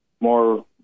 more